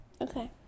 Okay